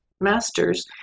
master's